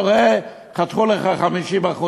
אתה רואה שחתכו לך 50%,